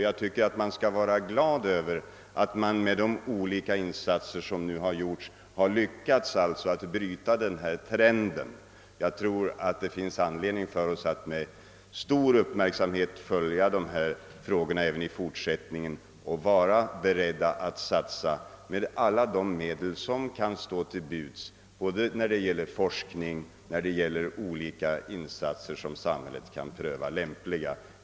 Jag tycker vi skall vara glada över att man genom olika insatser har lyckats bryta denna trend. Det finns anledning för oss att med stor uppmärksamhet följa dessa frågor även i fortsättningen och vara beredda att satsa alla medel som kan stå till buds, t.ex. i form av forskning och olika insatser som samhället finner lämpliga.